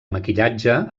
maquillatge